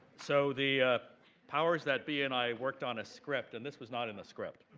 so the powers that be and i worked on script, and this was not in the script.